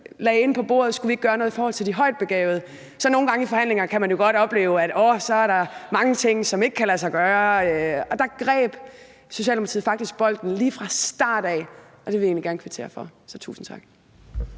lagde det ind på bordet, om ikke vi skulle gøre noget i forhold til de højt begavede, men nogle gange i forhandlinger kan man jo godt opleve, at åh, så er der mange ting, som ikke kan lade sig gøre. Og da greb Socialdemokratiet faktisk bolden lige fra starten, og det vil jeg egentlig gerne kvittere for. Så tusind tak.